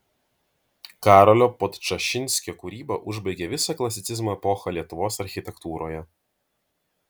karolio podčašinskio kūryba užbaigė visą klasicizmo epochą lietuvos architektūroje